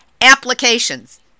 applications